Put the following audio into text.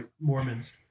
Mormons